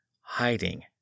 hiding